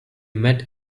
met